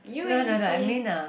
no no no I mean uh